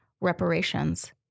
reparations